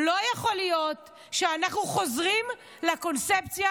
לא יכול להיות שאנחנו חוזרים לקונספציה